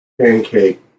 pancake